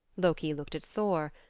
loki looked at thor,